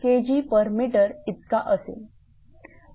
372 Kgm इतका असेल